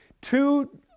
Two